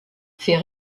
fait